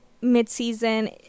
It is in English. mid-season